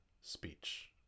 speech